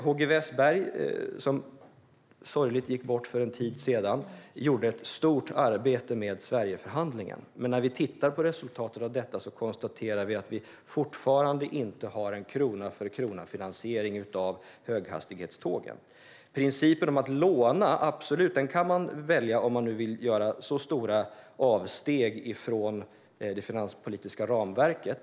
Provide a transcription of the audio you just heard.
HG Wessberg, som sorgligt nog gick bort för en tid sedan, gjorde ett stort arbete med Sverigeförhandlingen. Men när vi ser på resultatet av den kan vi konstatera att vi fortfarande inte har en krona-för-krona-finansiering av höghastighetstågen. Man kan absolut välja att låna om man nu vill göra stora avsteg från det finanspolitiska ramverket.